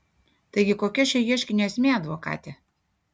taigi kokia šio ieškinio esmė advokate